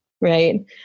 right